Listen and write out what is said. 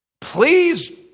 Please